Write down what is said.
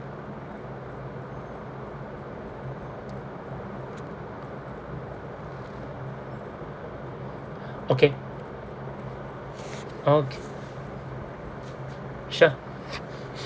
okay okay sure